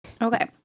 Okay